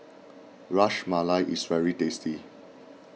Ras Malai is very tasty